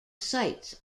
sites